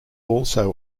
also